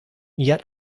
yet